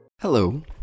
Hello